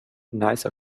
nice